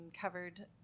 covered